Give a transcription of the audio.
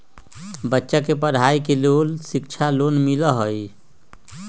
बच्चा के पढ़ाई के लेर शिक्षा लोन मिलहई?